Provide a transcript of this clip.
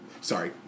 Sorry